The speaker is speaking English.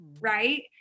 right